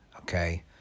Okay